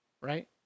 Right